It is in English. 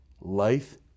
life